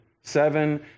Seven